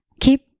keep